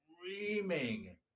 screaming